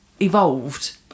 evolved